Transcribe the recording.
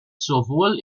sowohl